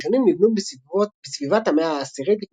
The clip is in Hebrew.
הראשונים נבנו בסביבת המאה ה-10 לפנה"ס.